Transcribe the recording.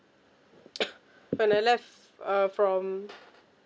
when I left uh from